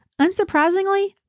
Unsurprisingly